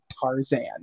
Tarzan